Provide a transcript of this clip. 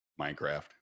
Minecraft